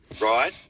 Right